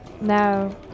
No